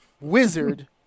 wizard